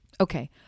Okay